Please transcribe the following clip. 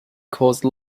cause